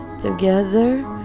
together